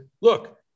look